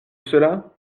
cela